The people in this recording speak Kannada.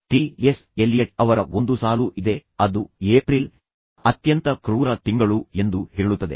ಟಿ ಎಸ್ ಎಲಿಯಟ್ ಅವರ ಒಂದು ಸಾಲು ಇದೆ ಅದು ಏಪ್ರಿಲ್ ಅತ್ಯಂತ ಕ್ರೂರ ತಿಂಗಳು ಎಂದು ಹೇಳುತ್ತದೆ